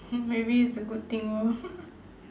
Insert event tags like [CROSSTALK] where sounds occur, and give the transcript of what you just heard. hmm maybe it's a good thing lor [LAUGHS]